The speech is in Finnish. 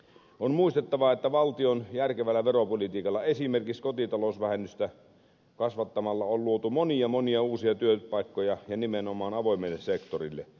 on muistettava että valtion järkevällä veropolitiikalla esimerkiksi kotitalousvähennystä kasvattamalla on luotu monia monia uusia työpaikkoja ja nimenomaan avoimelle sektorille